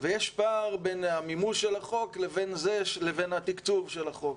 ויש פער בין המימוש של החוק לבין התקצוב של החוק,